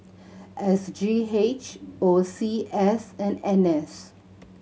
S G H O C S and N S